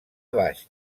baix